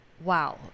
Wow